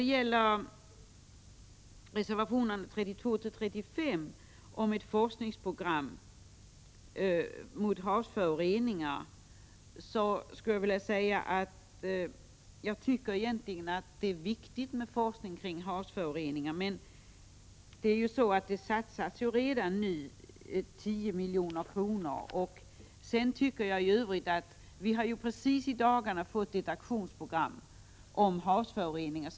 Beträffande reservationerna 32-35 om ett forskningsprogram mot havsföroreningar skulle jag vilja säga att jag egentligen anser att det är viktigt med forskning om havsföroreningar, men att det ju redan nu satsas 10 milj.kr. på detta. Dessutom har ett aktionsprogram i dagarna presenterats om havsföroreningar.